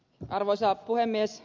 arvoisa puhemies